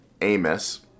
Amos